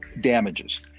damages